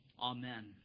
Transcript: Amen